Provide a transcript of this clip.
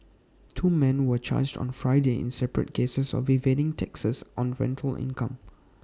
two men were charged on Friday in separate cases of evading taxes on rental income